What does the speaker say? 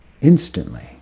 instantly